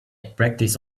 practice